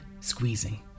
squeezing